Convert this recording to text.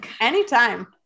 Anytime